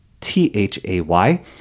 T-H-A-Y